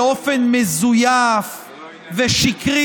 באופן מזויף ושקרי,